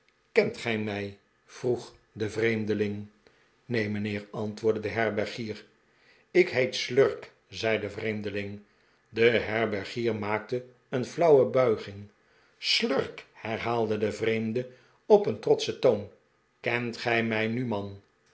kent gij mij vroeg de vreemdeling neen mijnheer antwoordde de herbergier ik heet slurk zei de vreemdeling de herbergier maakte een flauwe bulging slurk herhaalde de vreemde op een trotschen toon kent gij mij nu man